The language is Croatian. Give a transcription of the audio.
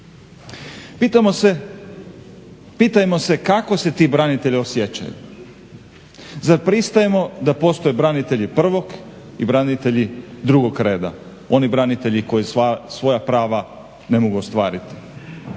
Pitajmo se kao se ti branitelji osjećaju, zar pristajemo da postoje branitelji prvog i branitelji drugog reda, oni branitelji koji svoja prava ne mogu ostvariti.